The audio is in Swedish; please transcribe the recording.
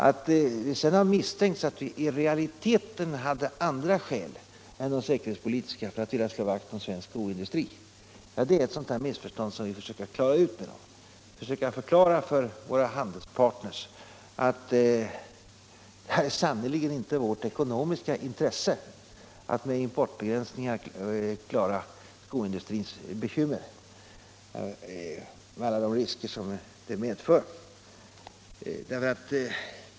Att det sedan misstänkts att vi i realiteten hade andra skäl än de säkerhetspolitiska för att vilja slå vakt om svensk skoindustri är ett sådant missförstånd som vi nu försöker avhjälpa genom att förklara för våra handelspartner att det sannerligen inte är i linje med vårt ekonomiska intresse att klara skoindustrins bekymmer med importbegränsningar, med alla de risker som det medför.